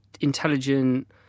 intelligent